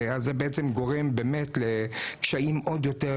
- אז זה בעצם גורם באמת לקשיים עוד יותר,